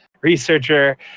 researcher